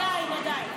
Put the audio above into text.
עדיין, עדיין.